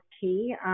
key